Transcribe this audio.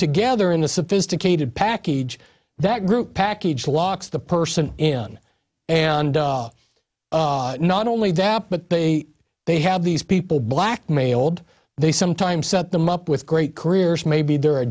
together in a sophisticated package that group package locks the person in and not only that but they they have these people blackmailed they sometimes set them up with great careers maybe